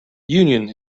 union